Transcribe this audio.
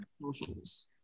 socials